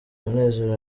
munezero